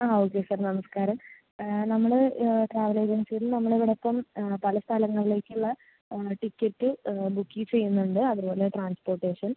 ആ okay sir നമസ്കാരം നമ്മൾ ട്രാവൽ ഏജൻസിയിൽ നമ്മൾ ഇവിടെ ഇപ്പം പല സ്ഥലങ്ങളിലേക്കുള്ള ടിക്കറ്റ് ബുക്കിങ്ങ് ചെയ്യുന്നുണ്ട് അതുപോലെ ട്രാൻസ്പോർട്ടേഷൻ